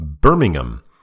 Birmingham